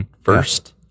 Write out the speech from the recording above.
First